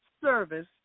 service